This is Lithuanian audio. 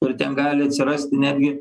ir ten gali atsirasti netgi